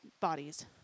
bodies